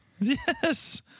Yes